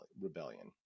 rebellion